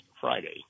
Friday